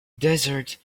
desert